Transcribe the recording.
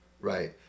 Right